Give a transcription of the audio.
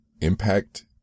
impact